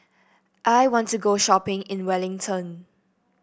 I want to go shopping in Wellington